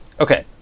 Okay